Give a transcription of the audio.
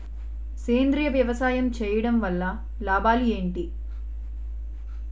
సేంద్రీయ వ్యవసాయం చేయటం వల్ల లాభాలు ఏంటి?